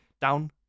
down